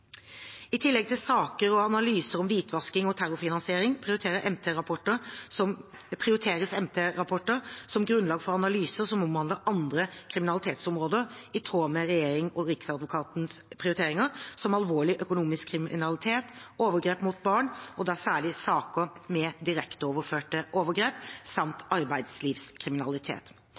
I tillegg til saker og analyser om hvitvasking og terrorfinansiering prioriteres MT-rapporter som grunnlag for analyser som omhandler andre kriminalitetsområder, i tråd med regjeringens og Riksadvokatens prioriteringer, som alvorlig økonomisk kriminalitet, overgrep mot barn, da særlig saker med direkteoverførte overgrep, samt arbeidslivskriminalitet.